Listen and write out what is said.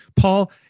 Paul